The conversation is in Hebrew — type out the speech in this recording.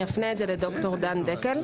אפנה זאת לד"ר דן דקל.